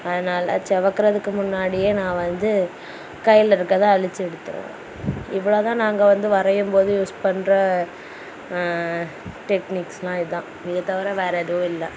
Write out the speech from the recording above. அதனால சிவக்குறதுக்கு முன்னாடியே நான் வந்து கையில இருக்கிறத அழிச்சி எடுத்துடுவேன் இவ்வளோதான் நாங்கள் வந்து வரையும் போது யூஸ் பண்ணுற டெக்னிக்ஸ்னால் இதுதான் இதை தவிர வேற எதுவும் இல்லை